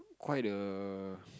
quite a